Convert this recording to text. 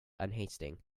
unhasting